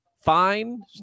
fine